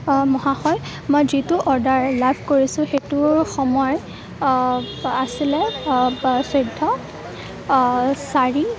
অ মহাশয় মই যিটো অৰ্ডাৰ লাভ কৰিছোঁ সেইটোৰ সময় আছিলে চৈধ্য় চাৰি